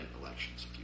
elections